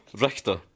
Richter